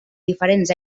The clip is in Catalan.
diferents